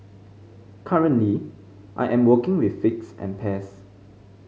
currently I am working with figs and pears